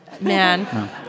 Man